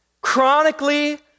chronically